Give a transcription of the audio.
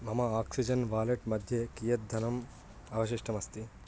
मम oxygen wallet मध्ये कियत् धनम् अवशिष्टमस्ति